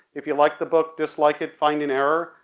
if you like the book, dislike it, find an error,